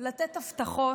לתת הבטחות,